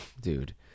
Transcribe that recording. dude